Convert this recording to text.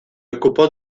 occupò